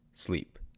sleep